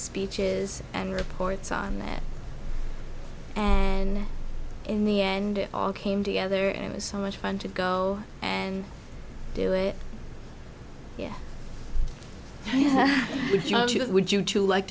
speeches and reports on that and in the end it all came together and it was so much fun to go and do it would you too like